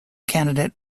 candidate